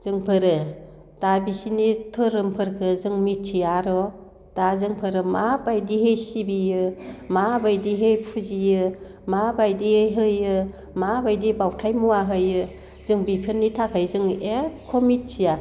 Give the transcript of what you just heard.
जोंफोर दा बिसोरनि धोरोमफोरखौ जों मिथियार' दा जोंफोरो माबायदिहाय सिबियो माबायदिहाय फुजियो माबायदियै होयो माबायदि बावथाय मुवा होयो जों बेफोरनि थाखाय जों एख' मिथिया